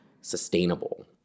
sustainable